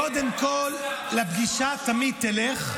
קודם כול לפגישה תמיד תלך,